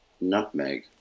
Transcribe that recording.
Nutmeg